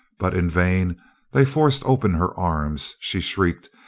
but in vain they forced open her arms she shrieked,